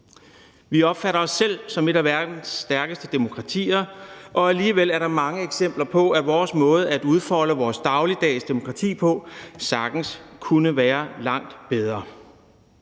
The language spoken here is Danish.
Vi opfatter os selv som et af verdens stærkeste demokratier, og alligevel er der mange eksempler på, at vores måde at udfolde vores dagligdags demokrati på sagtens kunne være langt bedre.